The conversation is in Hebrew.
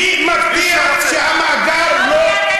ידידי, מי מבטיח שהמאגר לא,